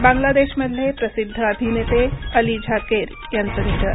बांगलादेशमधले प्रसिद्ध अभिनेते अली झाकेर यांचं निधन